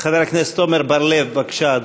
חבר הכנסת עמר בר-לב, בבקשה,